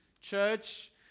church